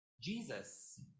Jesus